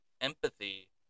empathy